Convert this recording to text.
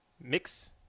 Mix